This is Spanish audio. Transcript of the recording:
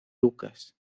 lucas